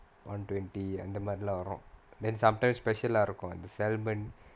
one twenty அந்த மாரிலாம் வரும்:antha maarilam varum sometimes special ah இருக்கும் அந்த:irukum antha celebrant